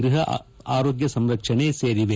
ಗೃಪ ಆರೋಗ್ಯ ಸಂರಕ್ಷಣೆ ಸೇರಿವೆ